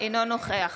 אינו נוכח